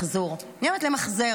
דברים.